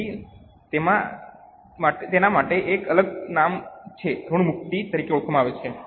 તેથી તેના માટે એક અલગ નામ છે જે ઋણમુક્તિ તરીકે ઓળખાય છે